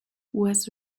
was